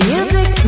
Music